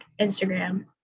instagram